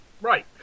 Right